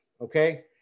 okay